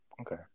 Okay